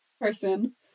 person